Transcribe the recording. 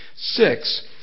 Six